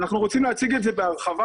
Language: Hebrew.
אנחנו רוצים להציג את זה בהרחבה.